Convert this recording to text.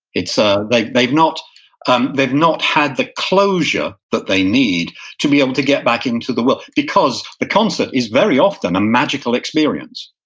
ah like they've not um they've not had the closure that they need to be able to get back into the world, because the concept is very often a magical experience.